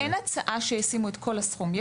אין הצעה שישימו את כל הסכום,